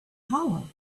hollow